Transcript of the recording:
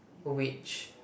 which